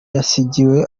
yasigiwe